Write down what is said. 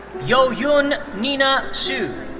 yu-yun nina su.